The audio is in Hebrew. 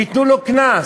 תנו לו קנס.